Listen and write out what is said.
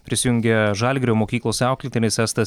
prisijungė žalgirio mokyklos auklėtinis estas